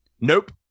Nope